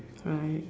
right